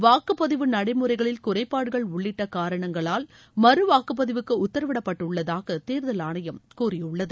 வாக்கு பதிவு நடைமுறைகளில் குறைபாடுகள் உள்ளிட்ட காரணங்களால் மறு வாக்குப் பதிவுக்கு உத்தரவிடப்பட்டுள்ளதாகவும் தேர்தல் ஆணையம் கூறியுள்ளது